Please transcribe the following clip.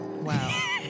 Wow